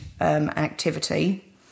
activity